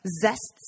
zests